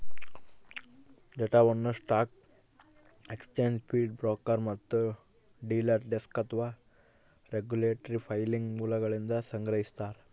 ಡೇಟಾವನ್ನು stock exchange feed broker ಮತ್ತು dealer desk ಅಥವಾ ರೆಗ್ಯುಲೇಟರಿ ಫೈಲಿಂಗ್ ಮೂಲಗಳಿಂದ ಸಂಗ್ರಹಿಸ್ತಾರ